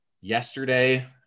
yesterday